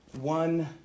One